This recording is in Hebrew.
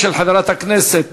של חברת הכנסת